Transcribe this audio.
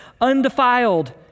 undefiled